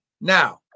now